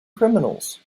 criminals